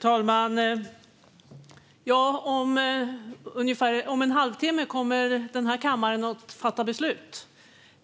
Fru talman! Om en halvtimme kommer den här kammaren att fatta beslut